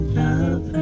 love